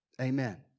Amen